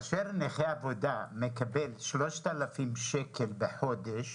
כאשר נכה עבודה מקבל 3,000 שקלים בחודש,